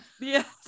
Yes